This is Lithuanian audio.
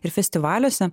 ir festivaliuose